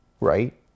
right